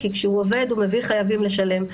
כי כשהוא עובד הוא מביא חייבים לשלם.